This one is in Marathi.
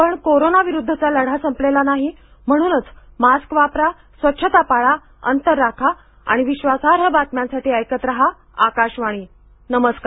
पण कोरोना विरुद्धचा लढा संपलेला नाही म्हणूनच मास्क वापरा स्वच्छता पाळा अंतर राखा आणि विश्वासार्ह बातम्यांसाठी ऐकत राहा नमस्कार